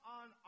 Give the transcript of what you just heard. on